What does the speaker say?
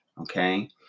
okay